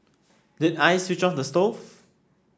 did I switch on the stove